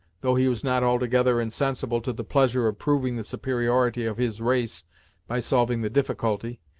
though he was not altogether insensible to the pleasure of proving the superiority of his race by solving the difficulty,